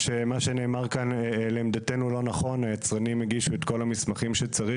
למעלה מ-150 מיליון שקלים שנגבו לצורך המטרה הזו בין היתר,